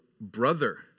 brother